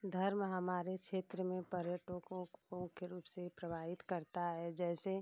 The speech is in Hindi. धर्म हमारे क्षेत्र में पर्यटकों को के रूप से प्रवाहित करता है जैसे